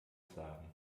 sagen